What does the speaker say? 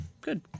good